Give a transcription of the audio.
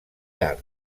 art